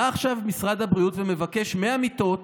בא עכשיו משרד הבריאות ומבקש 100 מיטות